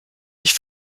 dich